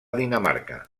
dinamarca